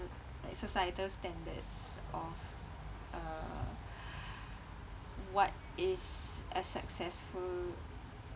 like societal standards of uh what is a successful